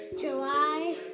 July